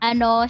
Ano